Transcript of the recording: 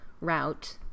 route